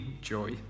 joy